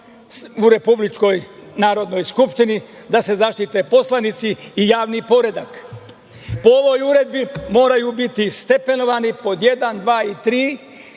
u Republičkoj Narodnoj skupštini, da se zaštite poslanici i javni poredak. Po ovoj uredbi moraju biti stepenovani, pod 1, 2. i 3,